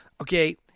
Okay